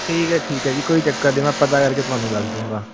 ਠੀਕ ਹੈ ਠੀਕ ਹੈ ਜੀ ਕੋਈ ਚੱਕਰ ਨਹੀਂ ਮੈਂ ਪਤਾ ਕਰਕੇ ਤੁਹਾਨੂੰ ਦੱਸ ਦਉਂਗਾ